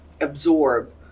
absorb